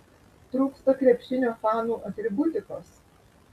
trūksta krepšinio fanų atributikos